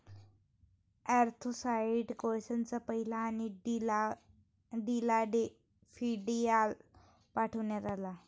anthracite कोळशाचा पहिला माल फिलाडेल्फियाला पाठविण्यात आला